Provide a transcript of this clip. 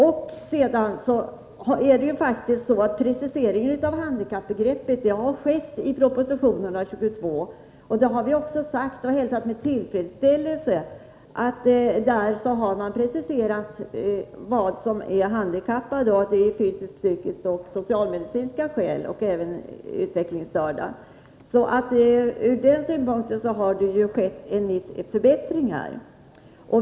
Det har faktiskt skett en precisering av handikappbegreppet i proposition 122. Det har vi också sagt, och vi har hälsat med tillfredsställelse att man där har preciserat vad som är arbetshandikapp — att det skall vara psykiska, fysiska och socialmedicinska skäl och att även utvecklingsstörda skall omfattas av samhällets åtgärder. Ur den synpunkten har det alltså skett en viss förbättring.